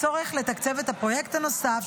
הצורך לתקצב את הפרויקט הנוסף,